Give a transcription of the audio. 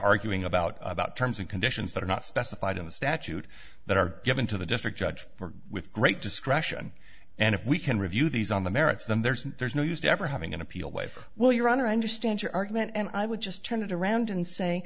arguing about about terms and conditions that are not specified in the statute that are given to the district judge for with great discretion and if we can review these on the merits then there's no there's no use to ever having an appeal wafer well your honor i understand your argument and i would just turn it around and say